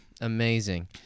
Amazing